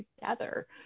together